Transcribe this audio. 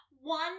One